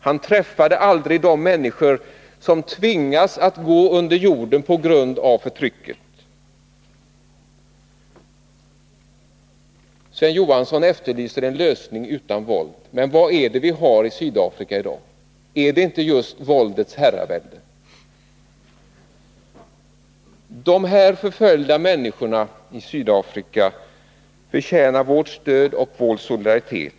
Han träffade aldrig de människor som tvingas att gå under jorden på grund av förtrycket. Sven Johansson efterlyser en lösning utan våld. Men vad är det vi har i Sydafrika i dag? Är inte det just våldets herravälde? De förföljda människorna i Sydafrika förtjänar vårt stöd och vår solidaritet.